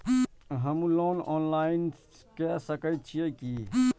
हमू loan online के सके छीये की?